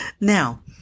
Now